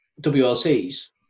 WLCs